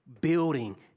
building